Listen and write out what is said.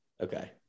okay